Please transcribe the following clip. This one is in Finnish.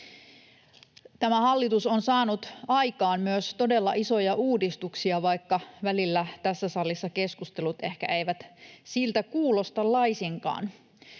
Tämä hallitus on saanut aikaan myös todella isoja uudistuksia, vaikka välillä tässä salissa keskustelut eivät ehkä siltä kuulosta laisinkaan.